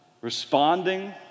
responding